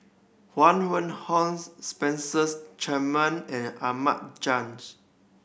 Huang Wenhong Spencer Chapman and Ahmad Jais